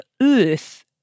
earth